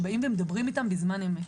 שמדברים איתם בזמן אמת.